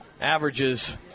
averages